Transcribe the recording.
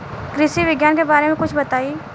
कृषि विज्ञान के बारे में कुछ बताई